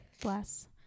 bless